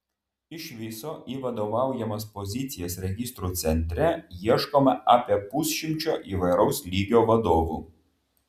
iš viso į vadovaujamas pozicijas registrų centre ieškoma apie pusšimčio įvairaus lygio vadovų